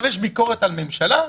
יש ביקורת על הממשלה,